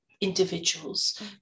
individuals